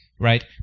right